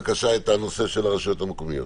בבקשה את הנושא של הרשויות המקומיות.